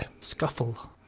scuffle